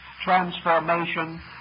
transformation